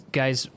guys